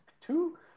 Two